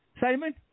simon